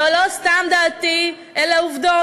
זו לא סתם דעתי אלא עובדות,